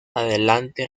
adelante